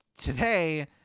today